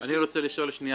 אני רוצה לשאול את